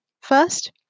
First